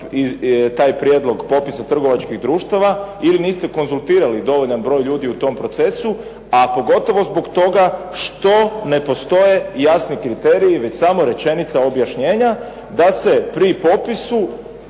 taj prijedlog popisa trgovačkih društava ili niste konzultirali dovoljan broj ljudi u tom procesu, a pogotovo zbog toga što ne postoje jasni kriteriji već samo rečenica objašnjenja da se pri popisu